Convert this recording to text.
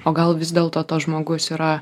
o gal vis dėlto tas žmogus yra